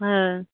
হ্যাঁ